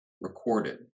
recorded